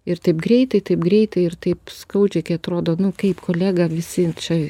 ir taip greitai taip greitai ir taip skaudžiai kai atrodo nu kaip kolega visi čia